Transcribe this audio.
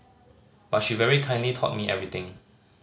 but she very kindly taught me everything